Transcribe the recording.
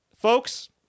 Folks